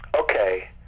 okay